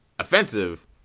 offensive